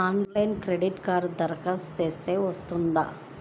ఆన్లైన్లో క్రెడిట్ కార్డ్కి దరఖాస్తు చేస్తే వస్తుందా?